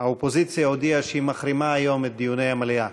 שהאופוזיציה הודיעה שהיא מחרימה היום את דיוני המליאה.